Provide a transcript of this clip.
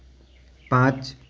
पाँच